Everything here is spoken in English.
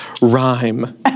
Rhyme